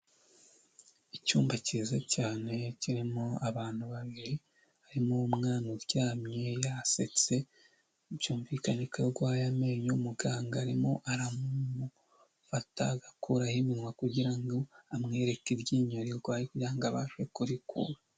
Icyumba cyiza cyane kirimo abantu babiri harimo umwana uryamye yasetse byumvikane ko arwaye amenyo, muganga arimo aramufata agakuraho iminwa kugira ngo amwereke iryinyo rirwaye kugira ngo abashe kurikura.